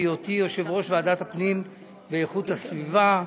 מהיותי יושב-ראש ועדת הפנים ואיכות הסביבה.